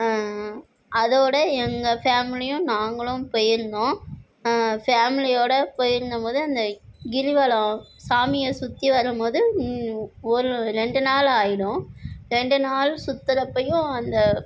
அதோட எங்கள் ஃபேமிலியும் நாங்களும் போயிருந்தோம் ஃபேமிலியோடு போயிருந்தபோது அந்த கிரிவலம் சாமியை சுற்றி வரும்போது ஒரு ரெண்டுநாள் ஆகிடும் ரெண்டுநாள் சுற்றுறப்பையும் அந்த